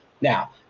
Now